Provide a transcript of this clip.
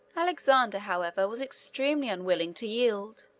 alexander, however, was extremely unwilling to yield.